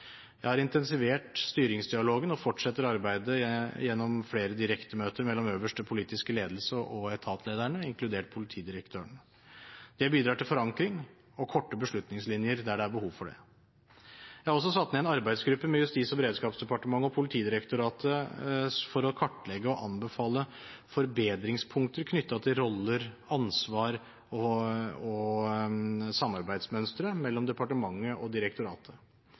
Jeg har intensivert styringsdialogen og fortsetter arbeidet gjennom flere direktemøter mellom øverste politiske ledelse og etatslederne, inkludert politidirektøren. Det bidrar til forankring og korte beslutningslinjer der det er behov for det. Jeg har også satt ned en arbeidsgruppe med Justis- og beredskapsdepartementet og Politidirektoratet for å kartlegge og anbefale forbedringspunkter knyttet til roller, ansvar og samarbeidsmønstre mellom departementet og direktoratet.